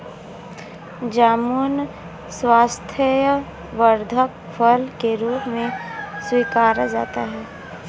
जामुन स्वास्थ्यवर्धक फल के रूप में स्वीकारा जाता है